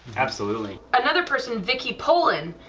absolutely, another person vicki polin.